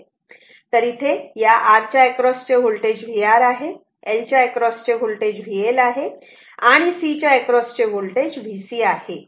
तर इथे या R च्या अॅक्रॉस चे होल्टेज vR आहे L च्या अॅक्रॉस चे होल्टेज vL आहे आणि या C च्या अॅक्रॉसचे होल्टेज vc आहे